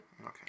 Okay